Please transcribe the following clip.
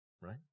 right